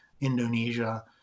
Indonesia